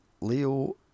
Leo